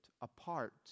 apart